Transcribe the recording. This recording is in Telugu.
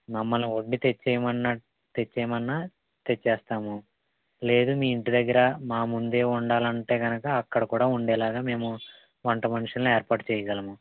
మమ్మల్ని వండి తెచ్చేయమన్ తెచ్చేయమన్నా తెచ్చేస్తాము లేదు మీ ఇంటి దగ్గర మా ముందే వండాలంటే కనుక అక్కడ కూడా వండేలా మేము వంట మనుషుల్ని ఏర్పాటు చెయ్యగలము